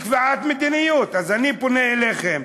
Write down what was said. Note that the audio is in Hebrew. אז אני פונה אליכם